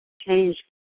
change